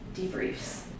debriefs